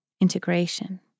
Integration